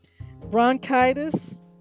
bronchitis